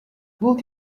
would